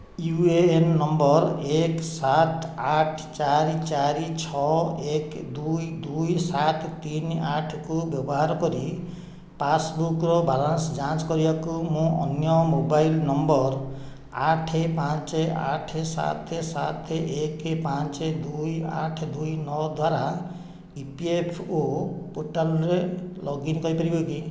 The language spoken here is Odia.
ୟୁ ଏ ଏନ୍ ନମ୍ବର୍ ଏକ୍ ସାତ୍ ଆଠ ଚାରି ଚାରି ଛଅ ଏକ ଦୁଇ ଦୁଇ ସାତ ତିନି ଆଠକୁ ବ୍ୟବହାର କରି ପାସ୍ବୁକ୍ର ବାଲାନ୍ସ ଯାଞ୍ଚ୍ କରିବାକୁ ମୁଁ ଅନ୍ୟ ଏକ ମୋବାଇଲ୍ ନମ୍ବର୍ ଆଠ ପାଞ୍ଚ ଆଠ ସାତ ସାତ ଏକ ପାଞ୍ଚ ଦୁଇ ଆଠ ଦୁଇ ନଅ ଦ୍ଵାରା ଇ ପି ଏଫ୍ ଓ ପୋର୍ଟାଲ୍ରେ ଲଗ୍ଇନ୍ କରିପାରିବି କି